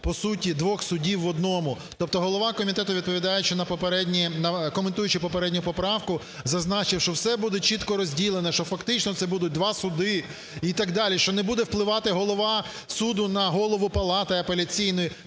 по суті двох судів в одному. Тобто голова комітету, коментуючи попередню поправку, зазначив, що все буде чітко розділено, що фактично це буде два суди і так далі, що не буде впливати голова суду на голову палати апеляційної.